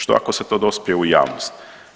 Što ako se to dospije u javnost?